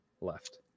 left